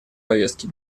повестки